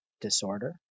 disorder